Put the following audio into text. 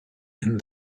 and